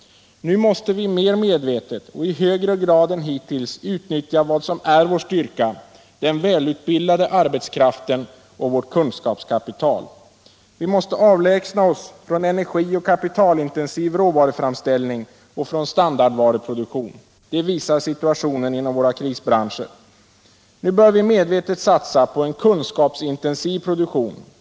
Nu måste vi mer medvetet och i högre grad än hittills utnyttja vad som är vår styrka: den välutbildade arbetskraften och vårt kunskapskapital. Vi måste avlägsna oss från energioch kapitalintensiv råvaruframställning och från standardvaruproduktion. Det visar situationen inom våra krisbranscher. Nu bör vi medvetet satsa på en kunskapsintensiv produktion.